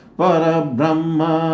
Parabrahma